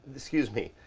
excuse me,